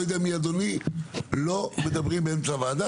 לא יודע מי אדוני, לא מדברים באמצע ועדה.